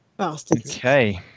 Okay